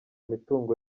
mitungo